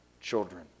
children